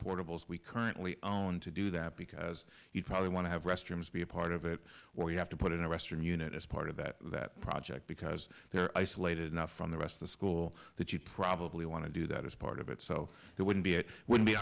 portables we currently own to do that because you'd probably want to have restrooms be a part of it where you have to put in a western unit as part of that project because they're isolated enough from the rest of the school that you'd probably want to do that as part of it so that wouldn't be it would